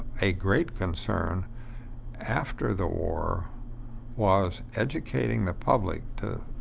a great concern after the war was educating the public too.